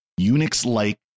Unix-like